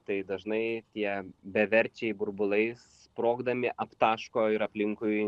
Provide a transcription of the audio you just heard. tai dažnai tie beverčiai burbulai sprogdami aptaško ir aplinkui